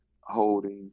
holdings